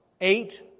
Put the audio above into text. eight